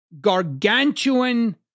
gargantuan